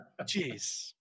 Jeez